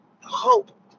hope